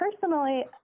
personally